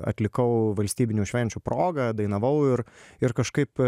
atlikau valstybinių švenčių proga dainavau ir ir kažkaip